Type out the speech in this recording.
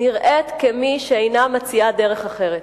נראית כמי שאינה מציעה דרך אחרת,